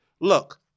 look